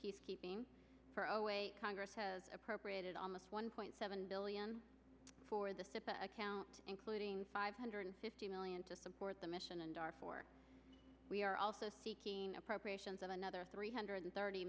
peacekeeping for a way congress has appropriated almost one point seven billion for the account including five hundred fifty million to support the mission and are for we are also seeking appropriations of another three hundred thirty